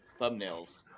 thumbnails